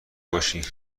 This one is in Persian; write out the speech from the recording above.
باشی